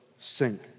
sink